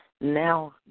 Now